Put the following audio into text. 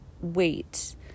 wait